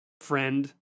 Friend